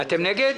אתם נגד?